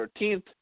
13th